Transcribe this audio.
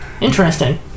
Interesting